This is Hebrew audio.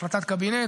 החלטת קבינט,